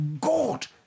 God